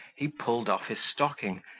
he pulled off his stocking,